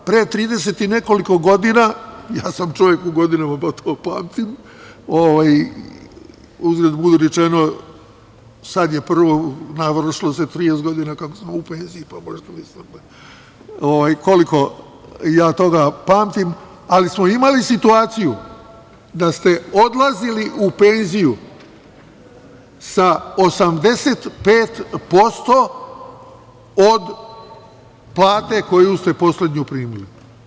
Pre 30 i nekoliko godina, ja sam čovek u godinama, pa to pamtim, uzgred rečeno, sad se navršilo 30 godina kako sam u penziji, pa možete misliti koliko ja toga pamtim, ali smo imali situaciju da ste odlazili u penziju sa 85% od plate koju ste poslednju primili.